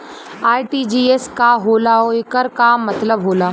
RTGS का होला एकर का मतलब होला?